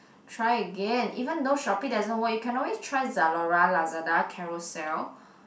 try again even though Shopee doesn't work you can always try Zalora Lazada Carousell